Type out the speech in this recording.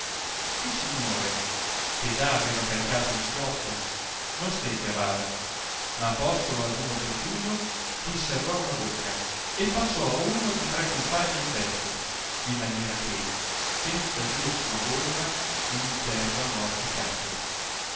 il signore che già aveva caricato il scoppio non stette a bada ma postolo ad uno pertugio diserrò una bocca e passò a uno di tre compagni il petto di maniera che senza dir sua colpa in terra morto cadde